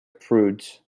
prudes